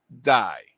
die